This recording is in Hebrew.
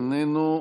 איננו,